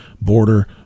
border